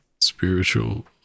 Spiritual